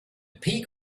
peak